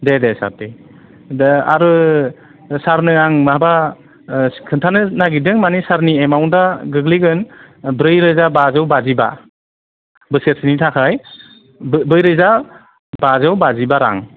दे दे सार दे दा आरो सारनो आं माबा खोन्थानो नागिरदों मानि सारनि एमाउन्टया गोग्लैगोन ब्रै रोजा बाजौ बाजिबा बोसोरसेनि थाखाय ब्रै रोजा बाजौ बाजिबा रां